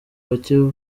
bake